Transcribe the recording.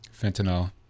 Fentanyl